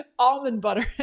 ah almond butter.